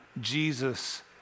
Jesus